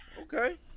Okay